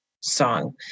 song